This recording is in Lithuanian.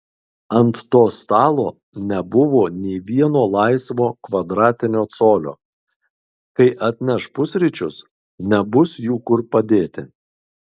ant to stalo nebuvo nė vieno laisvo kvadratinio colio kai atneš pusryčius nebus jų kur padėti